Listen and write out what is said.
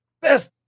best